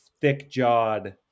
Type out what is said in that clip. thick-jawed